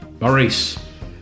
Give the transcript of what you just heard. Maurice